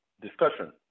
discussion